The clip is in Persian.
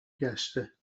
گشته